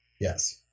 Yes